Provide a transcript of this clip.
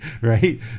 right